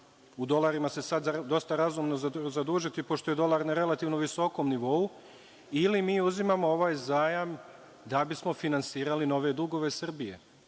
U dolarima se sada dosta razumno zadužiti, pošto je dolar na relativno visokom nivou. Ili mi uzimamo ovaj zajam da bismo finansirali nove dugove Srbije?